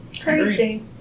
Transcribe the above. Crazy